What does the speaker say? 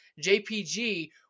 JPG